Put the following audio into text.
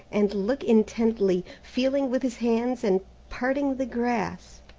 and look intently, feeling with his hands and parting the grass.